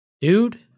dude